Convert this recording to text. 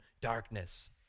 darkness